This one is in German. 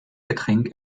getränk